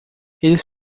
eles